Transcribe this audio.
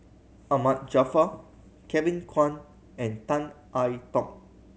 Ahmad Jaafar Kevin Kwan and Tan I Tong